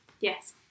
Yes